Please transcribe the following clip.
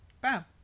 bam